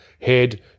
head